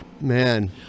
Man